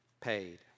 paid